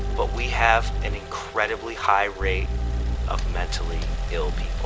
but we have an incredibly high rate of mentally ill